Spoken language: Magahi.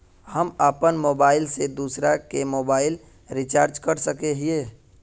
हम अपन मोबाईल से दूसरा के मोबाईल रिचार्ज कर सके हिये?